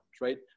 right